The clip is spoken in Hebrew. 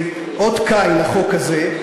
אות קין, החוק הזה.